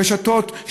רשתות,